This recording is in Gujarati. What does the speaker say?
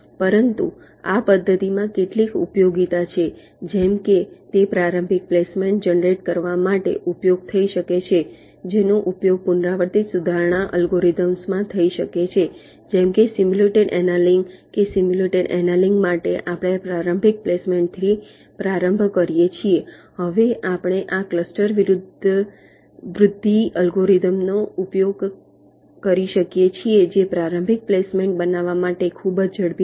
પરંતુ આ પદ્ધતિમાં કેટલીક ઉપયોગીતા છે જેમ કે તે પ્રારંભિક પ્લેસમેન્ટ જનરેટ કરવા માટે ઉપયોગી થઈ શકે છે જેનો ઉપયોગ પુનરાવર્તિત સુધારણા અલ્ગોરિધમ્સમાં થઈ શકે છે જેમ કે સિમ્યુલેટેડ એનિલિંગ કે સિમ્યુલેટેડ એનિલિંગ માટે આપણે પ્રારંભિક પ્લેસમેન્ટથી પ્રારંભ કરીએ છીએ હવે આપણે આ ક્લસ્ટર વૃદ્ધિ અલ્ગોરિધમનો ઉપયોગ કરી શકીએ છીએ જે પ્રારંભિક પ્લેસમેન્ટ બનાવવા માટે ખૂબ ઝડપી છે